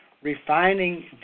Refining